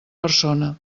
persona